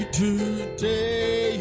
today